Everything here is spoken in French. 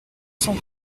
cent